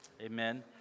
Amen